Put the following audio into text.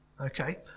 Okay